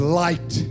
light